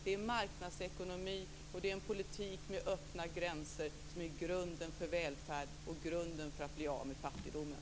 Det är marknadsekonomi och en ekonomi med öppna gränser som är grunden för välfärd och grunden för att bli av med fattigdomen.